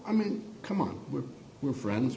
i mean come on we're we're friends